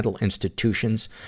institutions